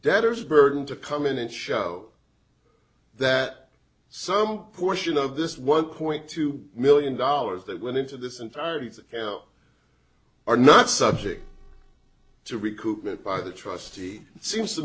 debtors burden to come in and show that some portion of this one point two million dollars that went into this entire pizza are not subject to recoup it by the trustee seems to